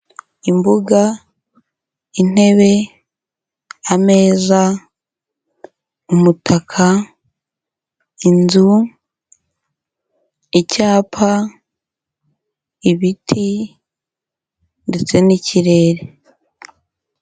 Imbuga, intebe, ameza, umutaka, inzu, icyapa, ibiti ndetse n'ikirere.